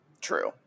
true